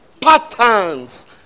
patterns